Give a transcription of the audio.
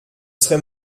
serait